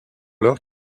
leurs